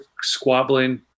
squabbling